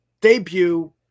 debut